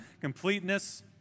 completeness